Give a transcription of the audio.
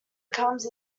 comes